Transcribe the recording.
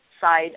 side